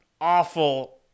awful